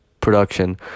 production